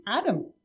Adam